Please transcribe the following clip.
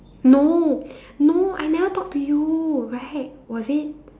no no I never talk to you right was it